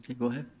go ahead.